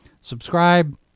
subscribe